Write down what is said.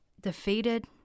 defeated